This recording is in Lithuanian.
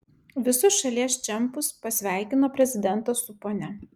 visus šalies čempus pasveikino prezidentas su ponia